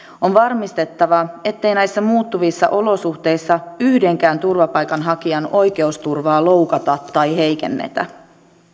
on varmistettava ettei näissä muuttuvissa olosuhteissa yhdenkään turvapaikanhakijan oikeusturvaa loukata tai heikennetä